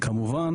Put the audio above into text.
כמובן